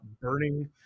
burning